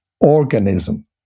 organism